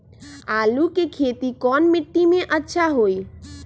आलु के खेती कौन मिट्टी में अच्छा होइ?